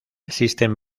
existen